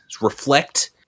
reflect